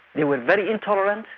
they were very intolerant,